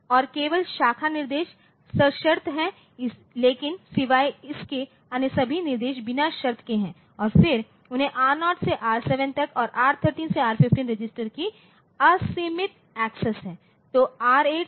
और केवल शाखा निर्देश सशर्त हैं लेकिन सिवाय इसके अन्य सभी निर्देश बिना शर्त के हैं और फिर उन्हें R0 से R7 तक और R13 से R15 रजिस्टरकि असीमित एक्सेस है